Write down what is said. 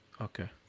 Okay